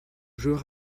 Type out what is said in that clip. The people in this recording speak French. joueur